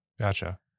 Gotcha